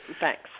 Thanks